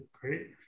Great